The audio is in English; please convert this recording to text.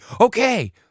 okay